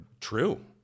true